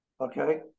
Okay